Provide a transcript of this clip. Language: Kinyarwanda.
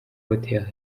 hotel